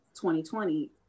2020